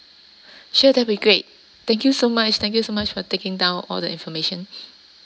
sure that'll be great thank you so much thank you so much for taking down all the information